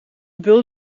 beul